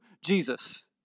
Jesus